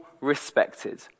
respected